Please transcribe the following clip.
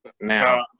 now